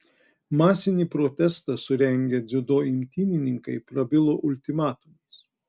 masinį protestą surengę dziudo imtynininkai prabilo ultimatumais